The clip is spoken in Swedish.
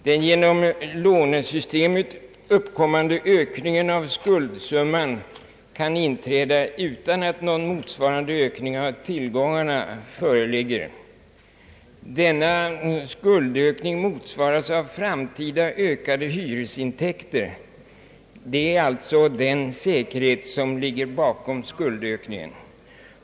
Den genom lånesystemet uppkommande ökningen av skuldsumman kan inträda utan att någon motsvarande ökning av tillgångarna föreligger. Denna skuldökning motsvaras av framtida ökade hyresintäkter. Det är alltså den säkerhet som ligger bakom skuldökningen.